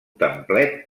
templet